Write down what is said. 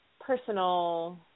personal